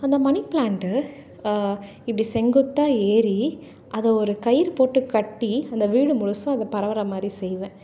அந்த money plant இப்படி செங்குத்தாக ஏறி அது ஒரு கயிறு போட்டு கட்டி அந்த வீடு முழுதும் அதை பரவுகிற மாதிரி செய்வேன்